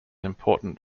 important